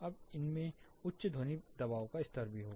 तब इसमें उच्च ध्वनि दबाव का स्तर भी होगा